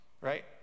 right